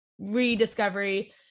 rediscovery